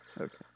Okay